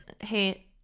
Hey